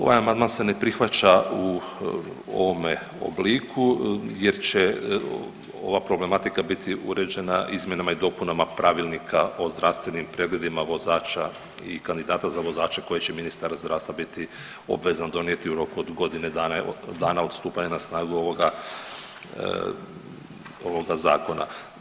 Ovaj amandman se ne prihvaća u ovome obliku jer će ova problematika biti uređena izmjenama i dopunama Pravilnika o zdravstvenim pregledima vozača i kandidata za vozače koje će ministar zdravstva biti obvezan donijeti u roku od godine dana, evo, dana od stupanja na snagu ovoga Zakona.